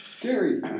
Gary